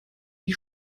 die